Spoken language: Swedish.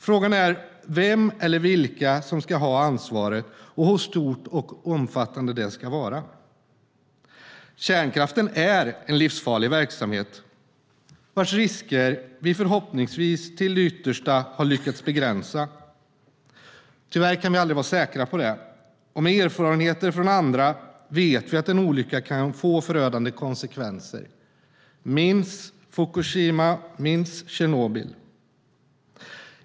Frågan är vem eller vilka som ska ha ansvaret och hur stort och omfattande det ska vara. Kärnkraften är en livsfarlig verksamhet vars risker vi förhoppningsvis till det yttersta har lyckats begränsa. Tyvärr kan vi aldrig vara säkra på det, och med erfarenheter från andra vet vi att en olycka kan få förödande konsekvenser, minns Fukushima, minns Tjernobyl!